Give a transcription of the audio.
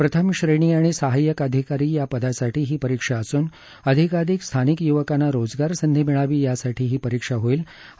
प्रथम श्रेणी आणि सहाय्यक अधिकारी या पदासाठी ही परीक्षा असून अधिकाधिक स्थानिक य्वकांना रोजगार संधी मिळावी यासाठी ही परीक्षा होईल असं त्या यावेळी म्हणाल्या